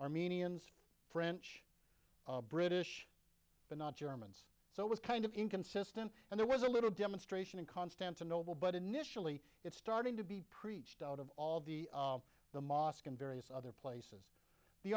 armenians french british but not germans so it was kind of inconsistent and there was a little demonstration in constantinople but initially it's starting to be preached out of the mosque and various other plus the